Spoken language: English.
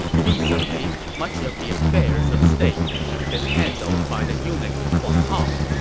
recently, much of the affairs of state have been handled by the eunuch huang hao,